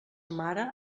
mare